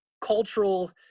cultural